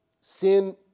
Sin